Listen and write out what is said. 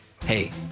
Hey